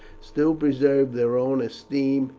still preserve their own esteem,